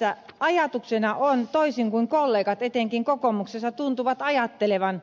lapsilisässä ajatuksena on toisin kuin kollegat etenkin kokoomuksessa tuntuvat ajattelevan